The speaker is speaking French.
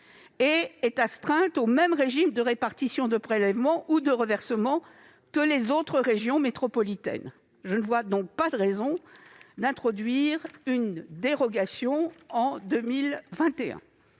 est astreinte au même régime de répartition de prélèvements ou de reversements que les autres régions métropolitaines. Je ne vois pas de raison d'introduire une dérogation pour 2021.